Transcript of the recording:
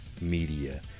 media